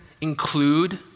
include